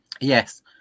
yes